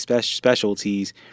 specialties